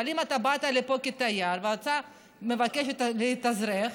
אבל אם באת לפה כתייר ואתה מבקש להתאזרח,